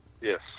Yes